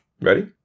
ready